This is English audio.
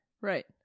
Right